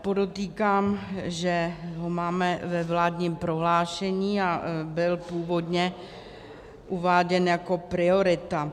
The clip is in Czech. Podotýkám, že ho máme ve vládním prohlášení a byl původně uváděn jako priorita.